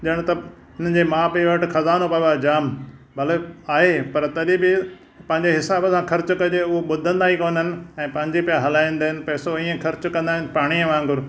ॼण त हिननि जे माउ पीउ वटि खज़ानो पियो आहे जाम भले आहे पर तॾहिं बि पंहिंजे हिसाब सां ख़र्चु कॼे उहो ॿुधंदा ई कोन आहिनि ऐं पंहिंजी पिया हलाईंदा आहिनि पैसो इएं ख़र्चु कंदा आहिनि पाणी वांगुर